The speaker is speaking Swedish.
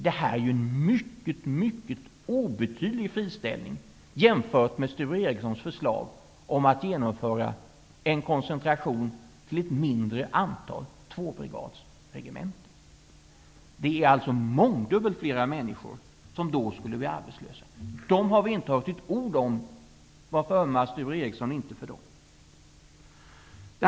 Det här är ju en mycket obetydlig friställning jämfört med Sture Ericsons förslag om man skall genomföra en koncentration till ett mindre antal tvåbrigadsregementen. Då skulle alltså mångdubbelt flera människor bli arbetslösa. Dessa har vi inte hört ett ord om. Varför ömmar Sture Ericson inte för dem?